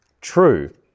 true